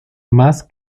más